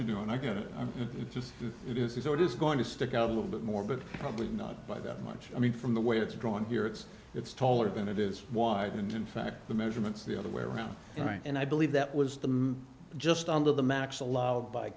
you do and i'm going to just do it is what is going to stick out a little bit more but probably not by that much i mean from the way it's drawn here it's it's taller than it is wide and in fact the measurements the other way around right and i believe that was the just under the max allowed by